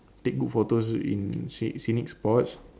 take good photos in sce~ scenic spots